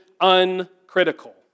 uncritical